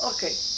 Okay